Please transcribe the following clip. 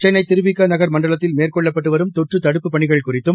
சென்னை திருவிக நகர் மண்டலத்தில் மேற்கொள்ளப்பட்டு வரும் தொற்று தடுப்புப் பணிகள் குறித்தும்